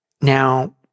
Now